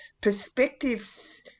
perspectives